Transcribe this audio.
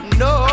no